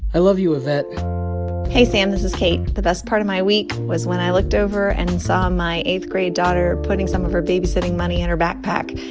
i love you, yvette hey, sam. this is kate. the best part of my week was when i looked over and saw my eighth-grade daughter putting some of her babysitting money in her backpack.